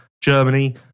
Germany